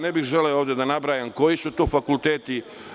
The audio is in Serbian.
Ne bih želeo ovde da nabrajam koji su to fakulteti.